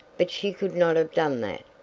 but she could not have done that!